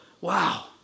wow